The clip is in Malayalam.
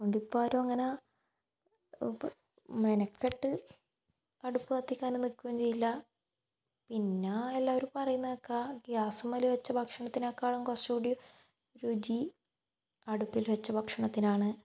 അത് കൊണ്ട് ഇപ്പം ആരും അങ്ങനെ മെനക്കെട്ട് അടുപ്പ് കത്തിക്കാനൊന്നും നിൽക്കുകയും ചെയ്യില്ല പിന്നെ എല്ലാവരും പറയുന്നതു കേൾക്കാം ഗ്യാസുമ്മേൽ വെച്ച് ഭക്ഷണത്തിനെക്കാളും കുറച്ച്ക്കൂടി രുചി അടുപ്പിൽ വെച്ച ഭക്ഷണത്തിനാണ്